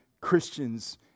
Christians